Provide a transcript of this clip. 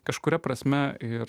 kažkuria prasme ir